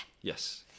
Yes